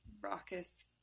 raucous